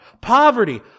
poverty